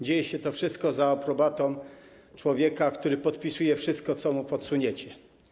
Dzieje się to wszystko za aprobatą człowieka, który podpisuje wszystko, co mu podsuniecie.